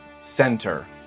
center